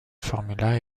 formula